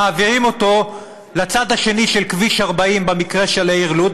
מעבירים אותו לצד האחר של כביש 40 במקרה של העיר לוד,